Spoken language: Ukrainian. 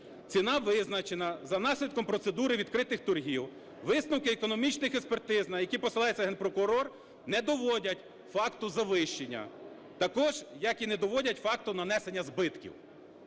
Ціна визначена за наслідком процедури відкритих торгів. Висновки економічних експертиз, на які посилається Генпрокурор, не доводять факту завищення, також як і не доводять факту нанесення збитків.